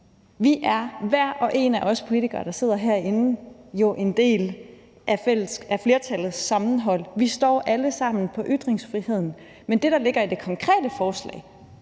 Vi er, hver og en af os politikere, der sidder herinde, jo en del af flertallets sammenhold. Vi står alle sammen på ytringsfriheden. Men det, der ligger i det konkrete forslag,